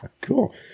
Cool